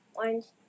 orange